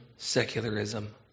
secularism